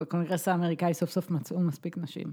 ‫בקונגרס האמריקאי ‫סוף-סוף מצאו מספיק נשים.